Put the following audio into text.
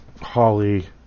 Holly